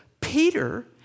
Peter